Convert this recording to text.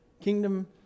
kingdom